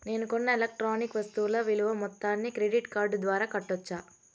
నేను కొన్న ఎలక్ట్రానిక్ వస్తువుల విలువ మొత్తాన్ని క్రెడిట్ కార్డు ద్వారా కట్టొచ్చా?